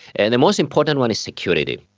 and the most important one is security.